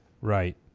Right